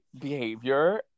behavior